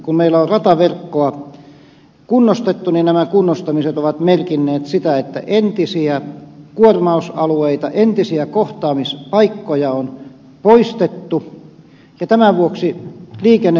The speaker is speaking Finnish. kun meillä on rataverkkoa kunnostettu nämä kunnostamiset ovat merkinneet sitä että entisiä kuormausalueita entisiä kohtaamispaikkoja on poistettu ja tämän vuoksi liikenne ahtautuu